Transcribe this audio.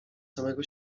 samego